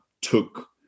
took